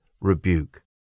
Rebuke